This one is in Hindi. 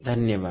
धन्यवाद